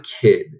kid